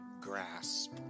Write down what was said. grasp